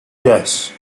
yes